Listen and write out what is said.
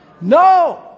No